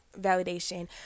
validation